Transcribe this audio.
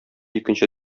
икенче